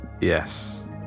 yes